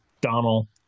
Donald